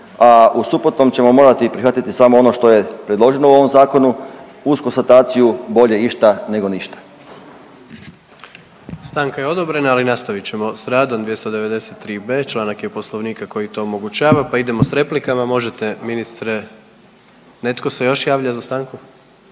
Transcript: a u suprotnom ćemo morati prihvatiti samo ono što je predloženo u ovom zakonu uz konstataciju bolje išta nebo ništa. **Jandroković, Gordan (HDZ)** Stanka je odobrena, ali nastavit ćemo s radom 239.b. članak je poslovnika koji to omogućava pa idemo s replikama. Možete ministre. Netko se još javlja za stanku?